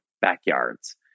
backyards